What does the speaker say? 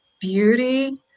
beauty